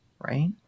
right